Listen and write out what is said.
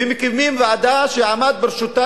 ומקימים ועדה שעמד בראשה